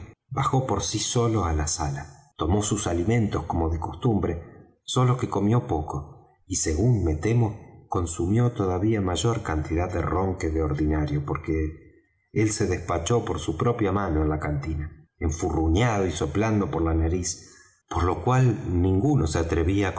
bajó por sí solo á la sala tomó sus alimentos como de costumbre sólo que comió poco y según me temo consumió todavía mayor cantidad de rom que de ordinario porque él se despachó por su propia mano en la cantina enfurruñado y soplando por la nariz por lo cual ninguno se atrevía